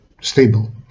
stable